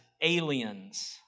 aliens